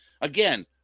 Again